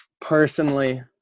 Personally